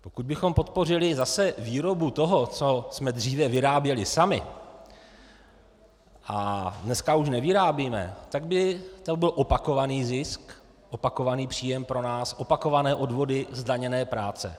Pokud bychom podpořili zase výrobu toho, co jsme dříve vyráběli sami a dneska už nevyrábíme, tak by byl opakovaný zisk, opakovaný příjem, opakované odvody zdaněné práce.